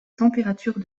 température